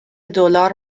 دلار